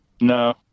No